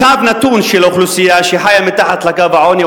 מצב נתון של אוכלוסייה שחיה מתחת לקו העוני,